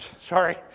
Sorry